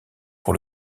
pour